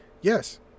Yes